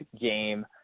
game